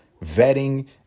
vetting